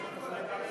ההצעה